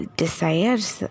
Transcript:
desires